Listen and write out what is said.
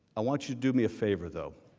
i want you to do me a favor though.